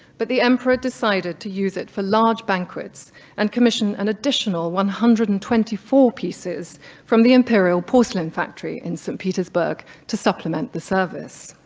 but the emperor decided to use it for large banquets and commissioned an additional one hundred and twenty four pieces from the imperial porcelain factory in saint petersburg to supplement the service.